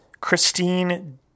Christine